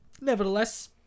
nevertheless